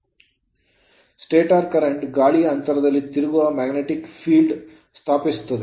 stator current stator ಪ್ರವಾಹವು ಗಾಳಿಯ ಅಂತರದಲ್ಲಿ ತಿರುಗುವ magnetic field ಕಾಂತೀಯ ಕ್ಷೇತ್ರವನ್ನು ಸ್ಥಾಪಿಸುತ್ತದೆ